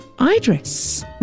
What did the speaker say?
Idris